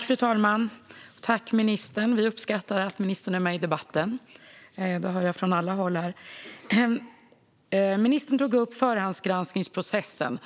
Fru talman! Tack, ministern! Vi uppskattar att ministern är med i debatten. Det hör jag från alla håll här. Ministern tog upp förhandsgranskningsprocessen.